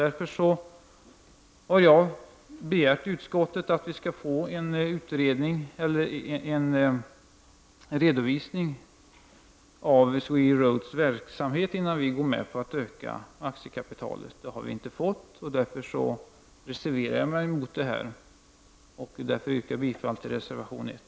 Därför har jag begärt i utskottet att vi skall få en redovisning av SweRoads verksamhet innan vi kan gå med på att öka aktiekapitalet. Det har vi inte fått, och därför har jag reserverat mig mot förslaget. Jag yrkar bifall till reservation 1.